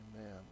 Amen